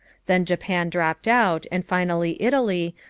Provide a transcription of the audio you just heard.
then japan dropped out and finally italy,